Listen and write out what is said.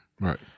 right